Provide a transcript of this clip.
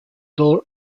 door